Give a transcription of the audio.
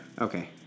Okay